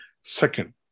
Second